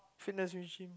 fitness machine